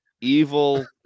evil